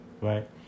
right